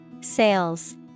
Sales